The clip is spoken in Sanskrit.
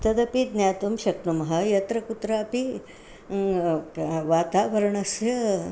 तदपि ज्ञातुं शक्नुमः यत्र कुत्रापि क वातावरणस्य